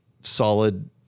solid